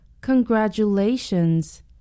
Congratulations